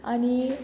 आनी